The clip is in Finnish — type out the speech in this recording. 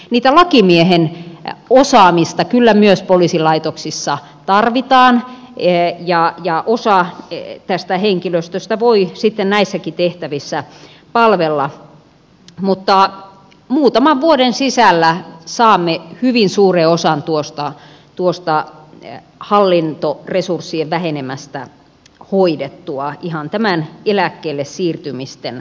sitä lakimiehen osaamista kyllä myös poliisilaitoksissa tarvitaan ja osa tästä henkilöstöstä voi sitten näissäkin tehtävissä palvella mutta muutaman vuoden sisällä saamme hyvin suuren osan tuosta hallintoresurssien vähenemästä hoidettua ihan näiden eläkkeelle siirtymisten kautta